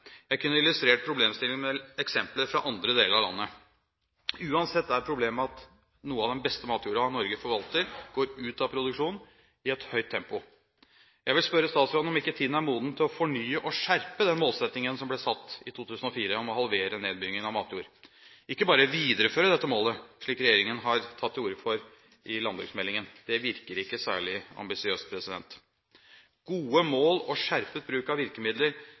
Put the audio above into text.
Jeg kunne illustrert problemstillingen med eksempler fra andre deler av landet. Uansett er problemet at noe av den beste matjorda Norge forvalter, går ut av produksjon i et høyt tempo. Jeg vil spørre statsråden om ikke tiden er moden for å fornye og skjerpe målsettingen som ble satt i 2004, om å halvere nedbyggingen av matjord, ikke bare videreføre dette målet, slik regjeringen har tatt til orde for i landbruksmeldingen. Det virker ikke særlig ambisiøst. Gode mål og skjerpet bruk av virkemidler